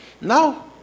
No